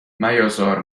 میازار